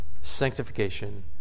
sanctification